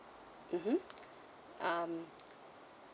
mmhmm um